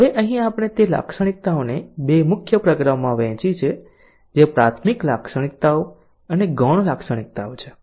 હવે અહીં આપણે તે લાક્ષણિકતાઓને 2 મુખ્ય પ્રકારોમાં વહેંચી છે જે પ્રાથમિક લાક્ષણિકતાઓ અને ગૌણ લાક્ષણિકતાઓ છે